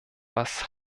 was